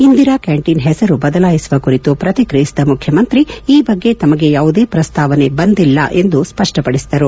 Indira canteen ಹೆಸರು ಬದಲಾಯಿಸುವ ಕುರಿತು ಪ್ರತಿಕ್ರಿಯಿಸಿದ ಮುಖ್ಯಮಂತ್ರಿ ಈ ಬಗ್ಗೆ ತಮಗೆ ಯಾವುದೇ ಪ್ರಸ್ತಾವನೆ ಬಂದಿಲ್ಲ ಎಂದು ಸ್ಪಷ್ಟಪದಿಸಿದರು